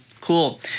cool